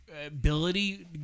ability